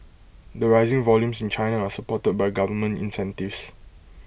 the rising volumes in China are supported by government incentives